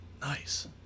Nice